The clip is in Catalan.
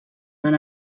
van